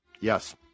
Yes